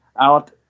out